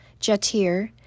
Jatir